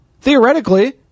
theoretically